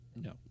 No